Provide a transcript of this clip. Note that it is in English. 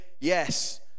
yes